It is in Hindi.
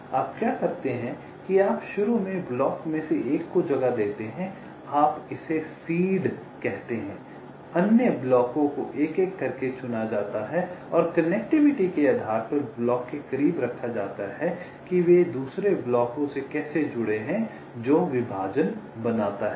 आप क्या करते हैं कि आप शुरू में ब्लॉक में से एक को जगह देते हैं आप इसे सीड कहते हैं अन्य ब्लॉकों को एक एक करके चुना जाता है और कनेक्टिविटी के आधार पर ब्लॉक के करीब रखा जाता है कि वे दूसरे ब्लॉकों से कैसे जुड़े हैं जो विभाजन बनाता है